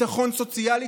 ביטחון סוציאלית,